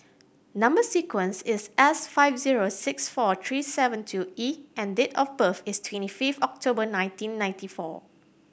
number sequence is S five zero six four three seven two E and date of birth is twenty five October nineteen ninety four